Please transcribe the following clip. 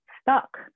stuck